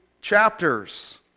chapters